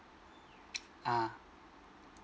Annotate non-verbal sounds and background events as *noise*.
*noise* ah